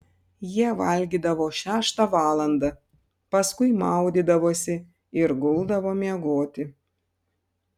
jie valgydavo šeštą valandą paskui maudydavosi ir guldavo miegoti